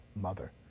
Mother